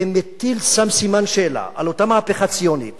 ומטיל שם סימן שאלה על אותה מהפכה ציונית